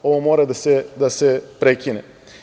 Ovo mora da se prekine.